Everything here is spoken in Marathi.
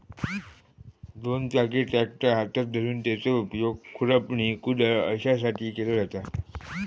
दोन चाकी ट्रॅक्टर हातात धरून त्याचो उपयोग खुरपणी, कुदळ अश्यासाठी केलो जाता